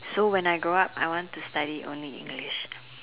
so when I grow up I want to study only English